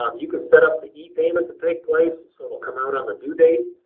you can set up the e-payment to take place so it'll come out on the due date.